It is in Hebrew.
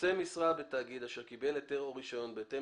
"נושא משרה בתאגיד אשר קיבל היתר או רישיון בהתאם